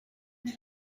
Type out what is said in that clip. elle